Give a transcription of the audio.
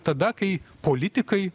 tada kai politikai